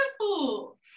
beautiful